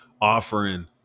offering